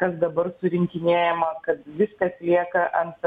kas dabar surinkinėjama kad viskas lieka ant